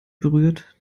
berührt